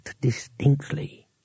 distinctly